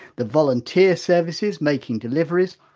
the volunteer services making deliveries,